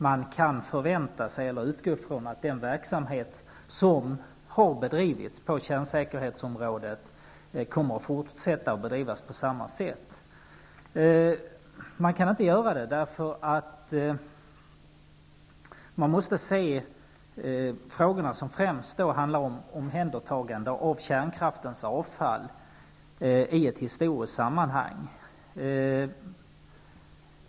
Man kan alltså inte utgå från att den verksamhet som har bedrivits på kärnsäkerhetsområdet i fortsättningen bedrivs på samma sätt. Man måste nämligen se frågorna, som främst handlar om omhändertagandet av kärnkraftens avfall, i ett historiskt sammanhang.